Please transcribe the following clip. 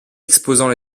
exposant